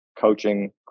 coaching